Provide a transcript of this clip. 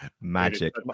Magic